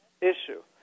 issue